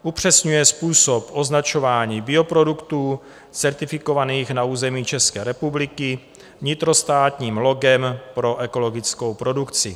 Upřesňuje způsob označování bioproduktů certifikovaných na území České republiky vnitrostátním logem pro ekologickou produkci.